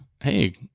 Hey